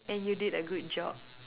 and you did a good job